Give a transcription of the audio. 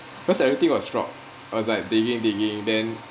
because everything was rock I was like digging digging then